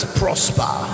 prosper